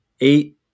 eight